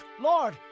Lord